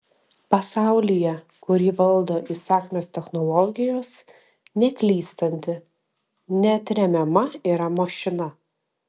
pasaulyje kurį valdo įsakmios technologijos neklystanti neatremiama yra mašina